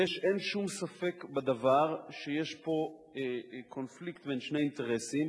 אין שום ספק שיש פה קונפליקט בין שני אינטרסים,